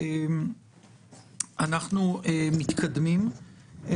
אנחנו מתקדמים.